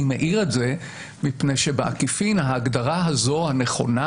אני מעיר את זה מפני שבעקיפין ההגדרה הזאת הנכונה,